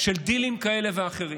של דילים כאלה ואחרים.